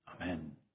Amen